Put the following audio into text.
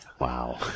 Wow